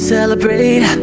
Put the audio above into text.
Celebrate